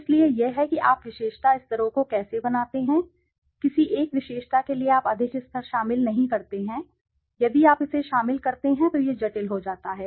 इसलिए यह है कि आप विशेषता स्तरों को कैसे बनाते हैं किसी एक विशेषता के लिए बहुत अधिक स्तर शामिल नहीं करते हैं यदि आप इसे शामिल करते हैं तो यह जटिल हो जाता है